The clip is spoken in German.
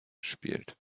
gespielt